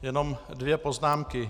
Jenom dvě poznámky.